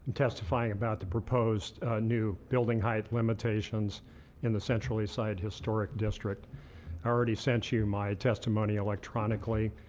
testifying about the proposed new building height limitations in the central east side historic district. i already sent you my testimony electronically.